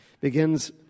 begins